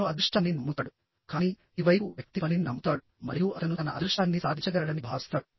అతను అదృష్టాన్ని నమ్ముతాడు కానీ ఈ వైపు వ్యక్తి పనిని నమ్ముతాడు మరియు అతను తన అదృష్టాన్ని సాధించగలడని భావిస్తాడు